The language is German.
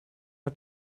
hat